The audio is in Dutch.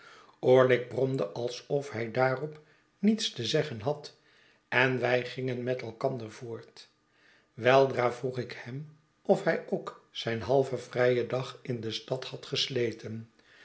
orlick bromde alsof hij daarop niets te zeggen had en wij gingen met elkander voort weldra vroeg ik hem of hij ook zijn halven vrijen dag in de stad had gesleten